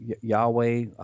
Yahweh